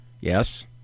Yes